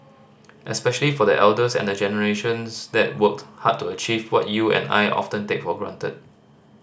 especially for the elders and the generations that worked hard to achieve what you and I often take for granted